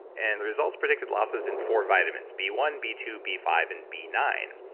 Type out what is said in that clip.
and the results predicted losses in four vitamins b one, b two, b five and b nine.